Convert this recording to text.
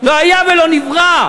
לא היה ולא נברא.